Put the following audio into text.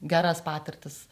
geras patirtis